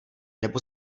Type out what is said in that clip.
nebo